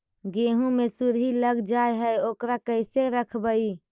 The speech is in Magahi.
गेहू मे सुरही लग जाय है ओकरा कैसे रखबइ?